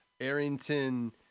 Arrington